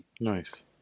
Nice